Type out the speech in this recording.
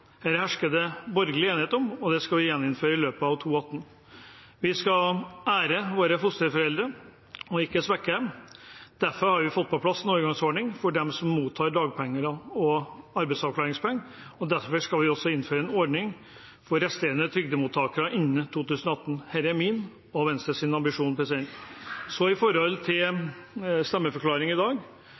hersker det borgerlig enighet om, og det skal vi gjennomføre i løpet av 2018. Vi skal ære våre fosterforeldre, ikke svekke dem. Derfor har vi fått på plass en overgangsordning for dem som mottar dagpenger og arbeidsavklaringspenger, og derfor skal vi også innføre en ordning for de resterende trygdemottakerne innen 2018. Dette er min og Venstres ambisjon. En stemmeforklaring for i dag: Siden vi ikke sitter i